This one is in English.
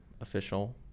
Official